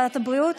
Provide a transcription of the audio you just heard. לוועדת הבריאות?